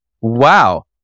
Wow